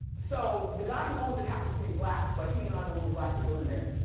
so the guy who owns it happens to be black. but he and i were the only black people in there.